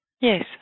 Yes